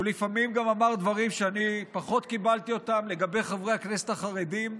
הוא לפעמים גם אמר דברים שאני פחות קיבלתי לגבי חברי הכנסת החרדים,